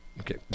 Okay